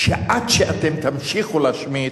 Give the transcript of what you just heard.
שעד שאתם תמשיכו להשמיץ,